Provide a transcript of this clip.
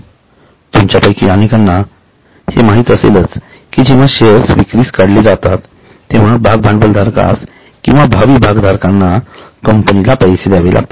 तुमच्यापैकी अनेकांना हे माहित असेलच कि जेंव्हा शेअर विक्रीस काढले जातात तेंव्हा भाग भांडवलधारकास किंवा भावी भागधारकांना कंपनीला पैसे द्यावे लागतात